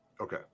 Okay